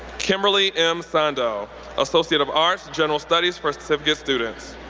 kimberly m. sindall, associate of arts, general studies for certificate students.